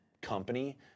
company